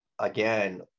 again